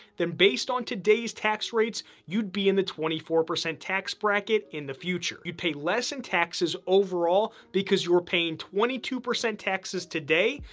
then based on today's tax rates, you'd be in the twenty four percent tax bracket in the future. you pay less in taxes overall, because you're paying twenty two percent taxes today,